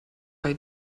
bei